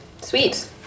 Sweet